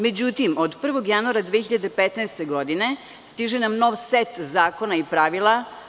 Međutim, od 1. januara 2015. godine stiže nam nov set zakona i pravila.